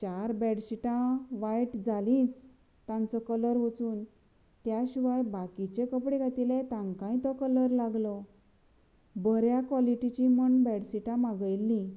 चार बेडशीटां वायट जालींच तांचो कलर वचून त्या शिवाय बाकिचे कपडे घातिल्ले तांकांय तो कलर लागलो बऱ्या काॅलिटिचीं म्हण बेडशीटां मागयल्लीं